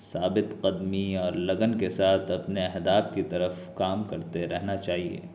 ثابت قدمی اور لگن کے ساتھ اپنے اہداف کی طرف کام کرتے رہنا چاہیے